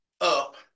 up